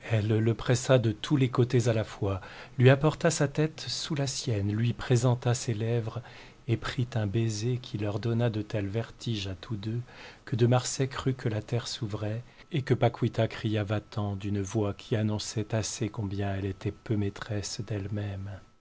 le pressa de tous les côtés à la fois lui apporta sa tête sous la sienne lui présenta ses lèvres et prit un baiser qui leur donna de tels vertiges à tous deux que de marsay crut que la terre s'ouvrait et que paquita cria va t'en d'une voix qui annonçait assez combien elle était peu maîtresse d'elle-même